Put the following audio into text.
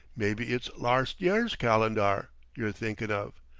mebbe it's larst year's calendar you're thinkin' of.